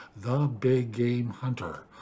TheBigGameHunter